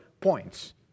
points